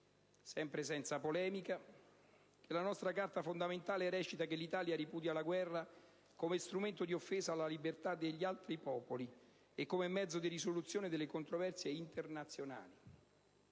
sempre senza polemica, che la nostra Carta fondamentale recita: «L'Italia ripudia la guerra come strumento di offesa alla libertà degli altri popoli e come mezzo di risoluzione delle controversie internazionali».